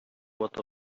what